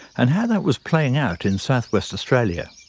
and how that was playing out in southwest australia.